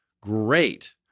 great